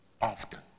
often